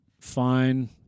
fine